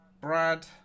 Brad